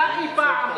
אתה אי-פעם,